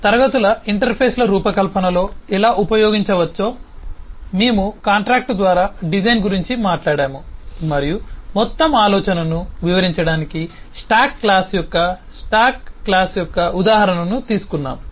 class ల interface ల రూపకల్పనలో ఎలా ఉపయోగించవచ్చో మేము కాంట్రాక్ట్ ద్వారా డిజైన్ గురించి మాట్లాడాము మరియు మొత్తం ఆలోచనను వివరించడానికి స్టాక్ క్లాస్ యొక్క ఉదాహరణను తీసుకున్నాము